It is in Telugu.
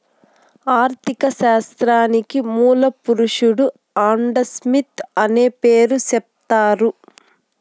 ఆర్ధిక శాస్త్రానికి మూల పురుషుడు ఆడంస్మిత్ అనే పేరు సెప్తారు